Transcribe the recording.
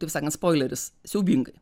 taip sakant spoileris siaubingai